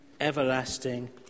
everlasting